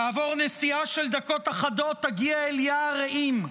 כעבור נסיעה של דקות אחדות תגיע אל יער רעים,